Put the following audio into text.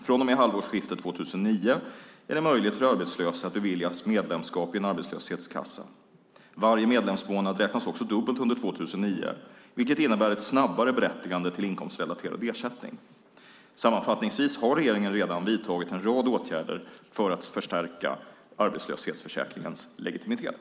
Från halvårsskiftet 2009 är det möjligt för arbetslösa att beviljas medlemskap i en arbetslöshetskassa. Varje medlemsmånad räknas också dubbelt under 2009, vilket innebär ett snabbare berättigande till inkomstrelaterad ersättning. Sammanfattningsvis har regeringen redan vidtagit en rad åtgärder för att stärka arbetslöshetsförsäkringens legitimitet.